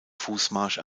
fußmarsch